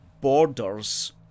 borders